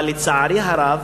אבל לצערי הרב